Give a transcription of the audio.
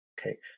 Okay